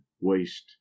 waste